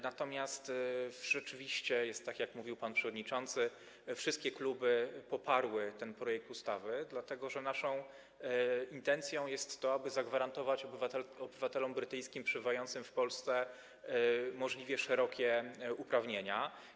Natomiast rzeczywiście jest tak, jak mówił pan przewodniczący, że wszystkie kluby poparły ten projekt ustawy, dlatego że naszą intencją jest to, aby zagwarantować obywatelom brytyjskim przebywającym w Polsce możliwie szerokie uprawnienia.